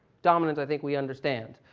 dominant i think we understand.